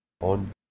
on